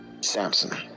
Samson